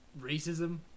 racism